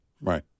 right